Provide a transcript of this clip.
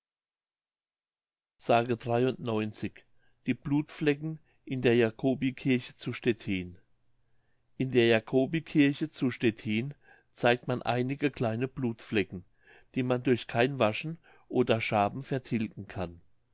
s die blutflecken in der jacobikirche zu stettin in der jacobikirche zu stettin zeigt man einige kleine blutflecken die man durch kein waschen oder schaben vertilgen kann